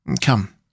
Come